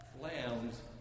lambs